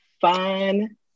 fun